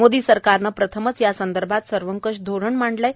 मोदी सरकारनं प्रथमच यासंदर्भात सर्वकष धोरण मांडल आहे